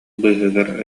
быыһыгар